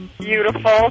Beautiful